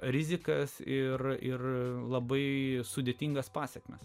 rizikas ir ir labai sudėtingas pasekmes